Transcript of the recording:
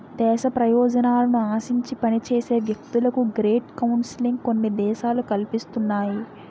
దేశ ప్రయోజనాలను ఆశించి పనిచేసే వ్యక్తులకు గ్రేట్ కౌన్సిలింగ్ కొన్ని దేశాలు కల్పిస్తున్నాయి